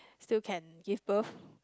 still can give birth